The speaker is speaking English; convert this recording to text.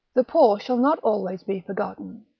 the poor shall not always be forgotten,